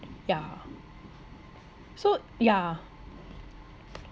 yeah so yeah